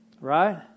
right